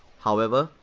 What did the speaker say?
however,